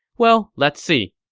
well, let's see